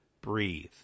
breathe